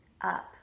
up